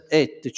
et